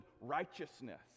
righteousness